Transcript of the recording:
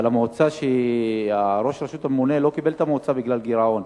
אבל ראש הרשות הממונה לא קיבל את המועצה בגלל גירעון.